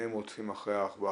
משלימות פער.